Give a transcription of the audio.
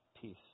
Peace